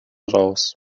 raus